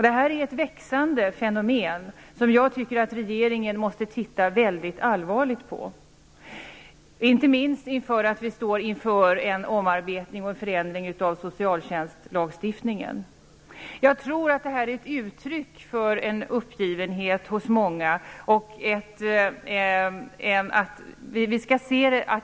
Det är ett växande fenomen, som jag tycker att regeringen måste se allvarligt på, inte minst med tanke på att vi står inför en omarbetning och förändring av socialtjänstlagstiftningen. Jag tror att det här är ett uttryck för en uppgivenhet hos många.